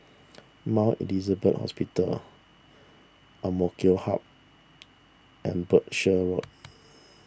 Mount Elizabeth Hospital Amk Hub and Berkshire Road